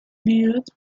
viewed